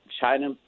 China